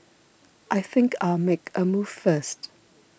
I think I'll make a move first